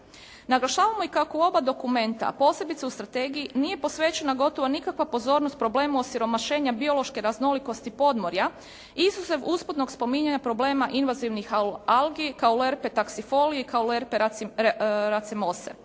Naglašavamo i kako u oba dokumenta a posebice u strategiji nije posvećena gotovo nikakva pozornost problemu osiromašenja biološke raznolikosti podmorja izuzev usputnog spominjanja problema invazivnih algi, caulerpe taksipholi i caulerpe racimose.